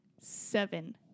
Seven